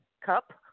cup